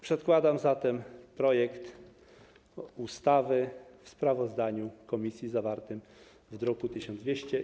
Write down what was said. Przedkładam zatem projekt ustawy w sprawozdaniu komisji zawartym w druku nr 1200.